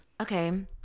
okay